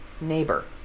neighbor